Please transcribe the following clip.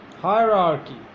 Hierarchy